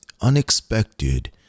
Unexpected